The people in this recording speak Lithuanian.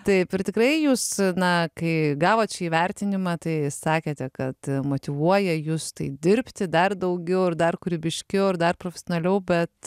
taip ir tikrai jūs na kai gavot šį įvertinimą tai sakėte kad motyvuoja jus tai dirbti dar daugiau ir dar kūrybiškiau ir dar profesionaliau bet